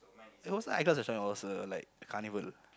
it was like was a like carnival